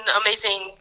amazing